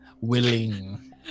Willing